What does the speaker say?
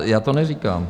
Já to neříkám.